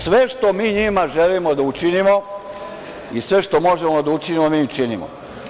Sve što mi njima želimo da učinimo i sve što možemo da učinimo, mi im činimo.